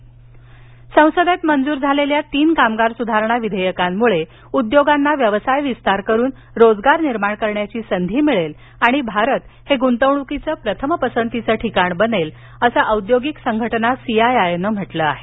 CII संसदेत मंजूर झालेल्या तीन कामगार सुधारणा विधेयकांमुळे उद्योगांना व्यवसाय विस्तार करून रोजगार निर्माण करण्याची संधी मिळेल आणि भारत गुंतवणुकीचं प्रथम पसंतीचं ठिकाण बनेल असं औद्योगिक संघटना सीआयआय नं म्हटलं आहे